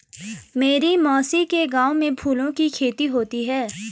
मेरी मौसी के गांव में फूलों की खेती होती है